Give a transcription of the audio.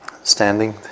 Standing